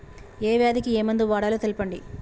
ఏ వ్యాధి కి ఏ మందు వాడాలో తెల్పండి?